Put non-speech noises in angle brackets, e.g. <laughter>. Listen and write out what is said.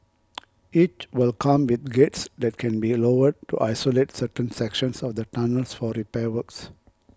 <noise> each will come with gates that can be lowered to isolate certain sections of the tunnels for repair works